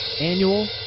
annual